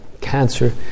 cancer